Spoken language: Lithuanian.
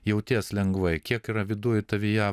jauties lengvai kiek yra viduj tavyje